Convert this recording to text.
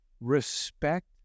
respect